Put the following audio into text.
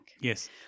Yes